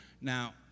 now